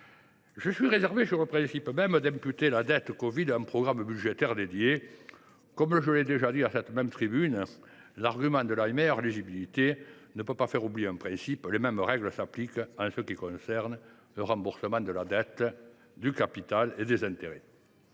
Je suis réservé sur le fait même d’imputer cette dette à un programme budgétaire spécifique. Comme je l’ai déjà dit à cette tribune, l’argument de la meilleure lisibilité ne peut pas faire oublier un principe : les mêmes règles s’appliquent en ce qui concerne le remboursement du capital et le paiement des intérêts.